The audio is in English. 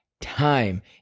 time